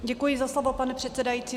Děkuji za slovo, pane předsedající.